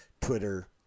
Twitter